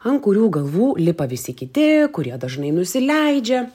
ant kurių galvų lipa visi kiti kurie dažnai nusileidžia